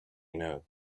know